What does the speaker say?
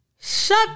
Shut